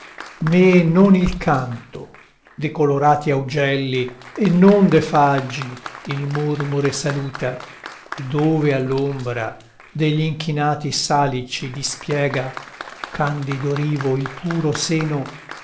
me non il canto de colorati augelli e non de faggi il murmure saluta e dove all'ombra degl'inchinati salici dispiega candido rivo il puro seno